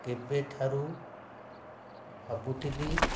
କେବେ ଠାରୁ ଭାବୁଥିଲି